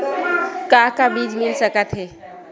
का का बीज मिल सकत हे?